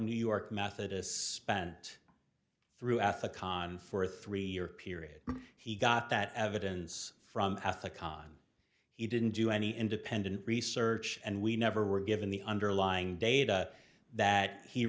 new york methodist spent through at the con for a three year period he got that evidence from ethicon he didn't do any independent research and we never were given the underlying data that he